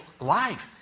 life